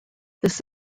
this